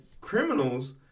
criminals